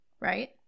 right